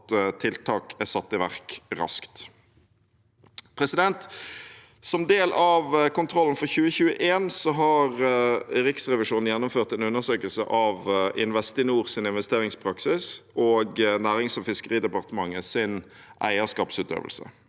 at tiltak er satt i verk raskt. Som del av kontrollen for 2021 har Riksrevisjonen gjennomført en undersøkelse av Investinors investeringspraksis og Nærings- og fiskeridepartementets eierskapsutøvelse.